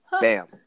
bam